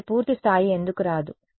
మరి అది పూర్తి స్థాయి ఎందుకు కాదు